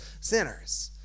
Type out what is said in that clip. sinners